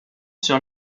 sur